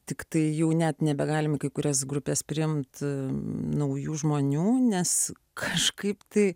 tiktai jau net nebegalime kai kurias grupes priimt naujų žmonių nes kažkaip tai